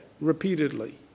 repeatedly